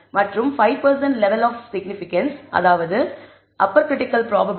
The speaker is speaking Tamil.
மற்றும் 5 லெவல் ஆப் சிக்னிபிகன்ஸ் அதாவது அப்பர் கிரிட்டிக்கல் வேல்யூ ப்ராப்பபிலிட்டி 0